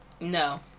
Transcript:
No